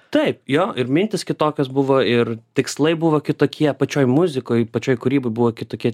taip jo ir mintys kitokios buvo ir tikslai buvo kitokie pačioj muzikoj pačioj kūryboj buvo kitokie